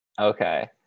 Okay